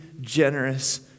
generous